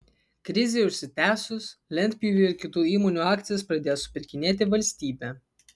krizei užsitęsus lentpjūvių ir kitų įmonių akcijas pradėjo supirkinėti valstybė